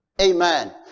Amen